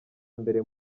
mbere